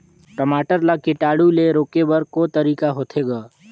टमाटर ला कीटाणु ले रोके बर को तरीका होथे ग?